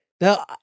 Now